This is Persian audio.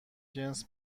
جنس